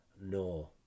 No